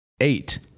Eight